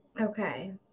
Okay